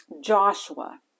Joshua